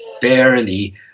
fairly